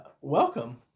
welcome